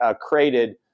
created